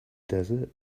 desert